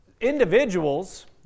individuals